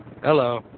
Hello